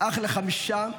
אח לחמישה.